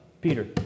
Peter